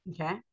Okay